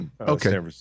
Okay